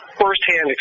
first-hand